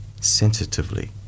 sensitively